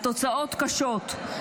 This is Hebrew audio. התוצאות קשות,